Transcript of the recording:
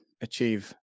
achieve